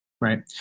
Right